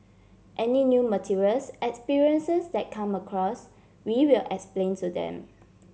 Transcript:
any new materials experiences that come across we will explain to them